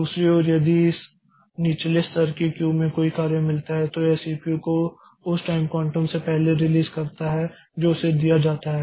दूसरी ओर यदि इस निचले स्तर की क्यू से कोई कार्य मिलता है तो यह सीपीयू को उस टाइम क्वांटम से पहले रिलीज करता है जो उसे दिया जाता है